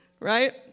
right